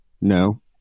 No